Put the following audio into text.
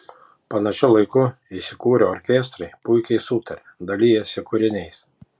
panašiu laiku įsikūrę orkestrai puikiai sutaria dalijasi kūriniais